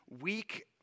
weak